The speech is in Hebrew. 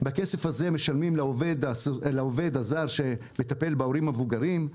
בכסף הזה משלמים לעובד הזר שמדבר בהורים המבוגרים,